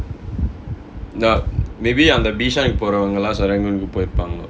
uh maybe அந்த:antha bishan போரவங்கெல்லா:poravangella serangoon போயிருப்பாங்க:poyiruppaanga